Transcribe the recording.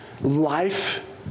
Life